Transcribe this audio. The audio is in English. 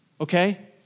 Okay